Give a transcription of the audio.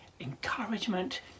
encouragement